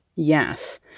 Yes